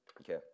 Okay